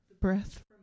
breath